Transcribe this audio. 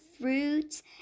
fruits